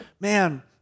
man